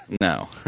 No